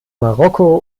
marokko